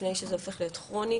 לפני שזה הופך להיות כרוני.